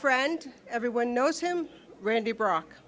friend everyone knows him randy bro